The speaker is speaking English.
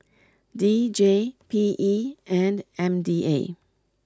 D J P E and M D A